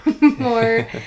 more